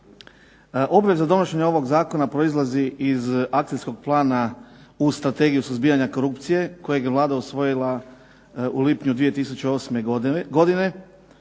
Obveza donošenja ovog zakona proizlazi iz akcijskog plana u strategiju suzbijanja korupcije, kojeg je Vlada usvojila u lipnju 2008. godine,